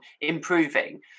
improving